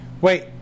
Wait